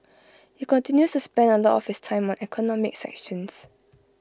he continues to spend A lot of his time on economic sanctions